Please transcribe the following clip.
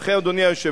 לכן, אדוני היושב-ראש,